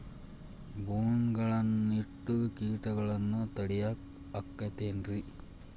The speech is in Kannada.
ಬೋನ್ ಗಳನ್ನ ಇಟ್ಟ ಕೇಟಗಳನ್ನು ತಡಿಯಾಕ್ ಆಕ್ಕೇತೇನ್ರಿ?